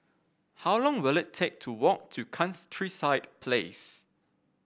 how long will it take to walk to Place